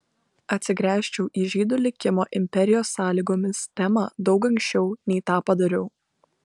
atsigręžčiau į žydų likimo imperijos sąlygomis temą daug anksčiau nei tą padariau